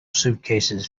suitcases